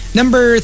number